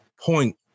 point